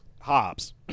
Hobbs